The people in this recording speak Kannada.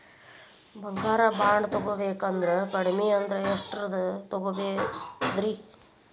ಬಂಗಾರ ಬಾಂಡ್ ತೊಗೋಬೇಕಂದ್ರ ಕಡಮಿ ಅಂದ್ರ ಎಷ್ಟರದ್ ತೊಗೊಬೋದ್ರಿ?